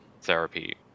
therapy